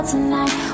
Tonight